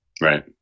right